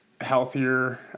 healthier